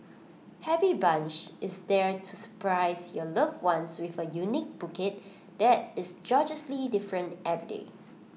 happy bunch is there to surprise your loved one with A unique bouquet that is gorgeously different every day